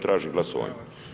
Tražim glasovanje.